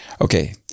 Okay